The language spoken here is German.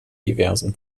diversen